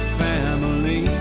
family